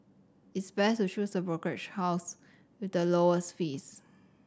it's best to choose a brokerage house with the lowest fees